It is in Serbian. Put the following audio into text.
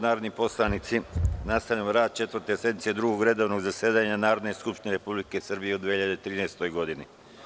narodni poslanici, nastavljamo rad Četvrte sednice Drugog redovnog zasedanja Narodne skupštine Republike Srbije u 2013. godini.